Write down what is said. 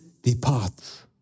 Departs